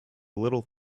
little